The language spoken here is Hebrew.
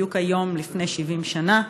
בדיוק היום לפני 70 שנה.